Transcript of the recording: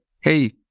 hey